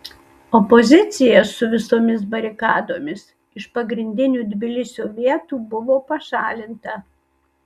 opozicija su visomis barikadomis iš pagrindinių tbilisio vietų buvo pašalinta